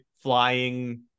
flying